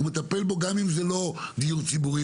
הוא מטפל בו גם אם זה לא דיור ציבורי,